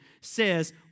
says